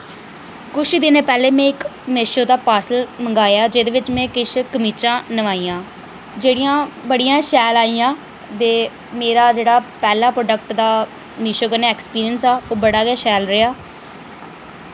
कुछ दिन पैह्ले में इक मीशो दा पार्सल मंगाया जेह्दे बिच में किश कमीचां नवाइयां जेह्ड़ियां बड़ियां शैल आइयां ते मेरा जेह्ड़ा पैह्ला प्रोडक्ट दा मीशो कन्नै एक्सपीरियंस हा ओह् बड़ा गै शैल रेहा